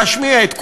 להשמיע את קולם,